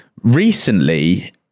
recently